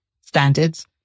standards